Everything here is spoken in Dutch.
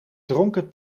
dronken